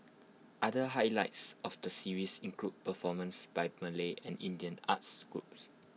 other highlights of the series include performances by Malay and Indian arts groups